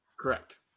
correct